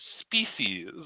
species